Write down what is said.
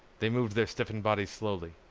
they moved their stiffened bodies slowly,